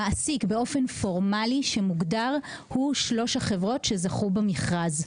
המעסיק המוגדר באופן פורמלי הוא שלוש החברות שזכו במכרז.